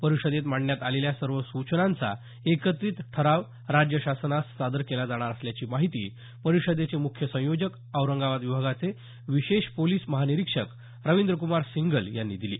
परिषदेत मांडण्यात आलेल्या सर्व सूचनांचा एकत्रित ठराव राज्य शासनास सादर केला जाणार असल्याची माहिती परिषदेचे मुख्य संयोजक औरंगाबाद विभागाचे विशेष पोलिस महानिरीक्षक रवींद्रकुमार सिंगल यांनी दिली